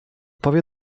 powie